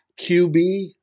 QB